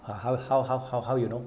oh how how how how you know